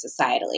societally